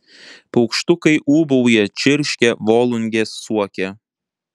paukštukai ūbauja čirškia volungės suokia